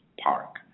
park